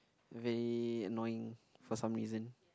very annoying for some reason